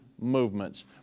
movements